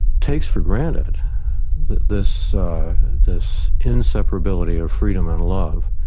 takes for granted that this this inseparability of freedom and love,